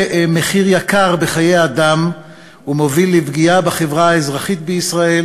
מחיר יקר בחיי אדם ומוביל לפגיעה בחברה האזרחית בישראל